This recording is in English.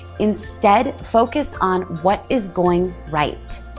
instead, focus on what is going right.